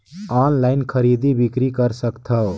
Online खरीदी बिक्री कर सकथव?